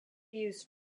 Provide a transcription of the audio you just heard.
used